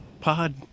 pod